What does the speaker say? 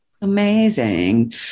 Amazing